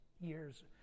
years